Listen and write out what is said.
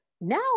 Now